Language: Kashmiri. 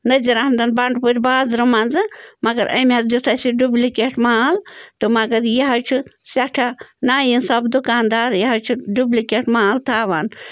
نزیٖر احمدن بَنٛڈٕپورِ بازرٕ منٛزٕ مگر أمۍ حظ دیُت اَسہِ یہِ ڈُبلِکیٹ مال تہٕ مگر یہِ حظ چھُ سٮ۪ٹھاہ نا اِنصاف دُکاندار یہِ حظ چھِ ڈُبلِکیٹ مال تھاوان